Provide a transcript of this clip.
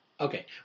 Okay